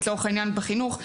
לצורך העניין בחינוך.